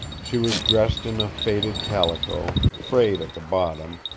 she was dressed in a faded calico, frayed at the bottom,